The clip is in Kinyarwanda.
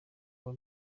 abo